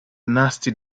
nasty